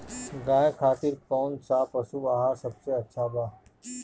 गाय खातिर कउन सा पशु आहार सबसे अच्छा बा?